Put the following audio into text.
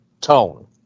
tone